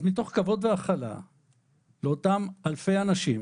אז מתוך כבוד והכלה לאותם אלפי אנשים